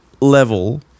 level